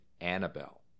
Annabelle